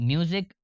Music